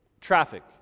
traffic